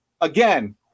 again